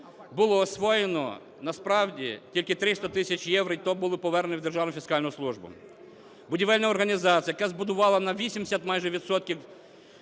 було освоєно насправді тільки 300 тисяч євро, і ті були повернені в Державну фіскальну службу. Будівельна організація, яка збудувала на 80 майже відсотків